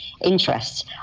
interests